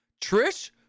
Trish